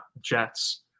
Jets